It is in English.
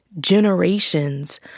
generations